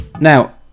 Now